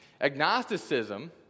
Agnosticism